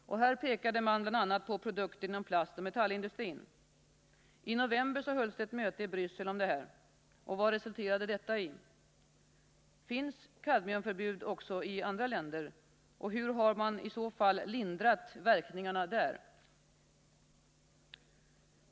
Här pekade man bl.a. på produkter inom plastoch metallindustrin. I november hölls ett möte i Bryssel om detta. Vad resulterade detta i? Finns kadmiumförbud också i andra länder? Hur har man i så fall lindrat verkningarna där?